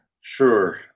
Sure